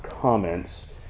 comments